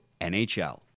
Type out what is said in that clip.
NHL